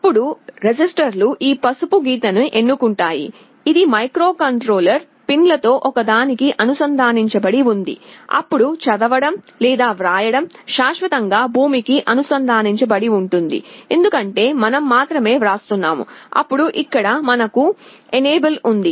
అప్పుడు రెసిస్టర్ లో ఈ పసుపు గీతను ఎన్నుకుంటాము ఇది మైక్రోకంట్రోలర్ పిన్ లలో ఒకదానికి అనుసంధానించబడి ఉంది అప్పుడు చదవడం వ్రాయడం శాశ్వతంగా భూమికి అనుసంధానించబడుతుంది ఎందుకంటే మనం మాత్రమే వ్రాస్తున్నాము అప్పుడు ఇక్కడ మనకు మైక్రోకంట్రోలర్ ఎనేబుల్ గా ఉంది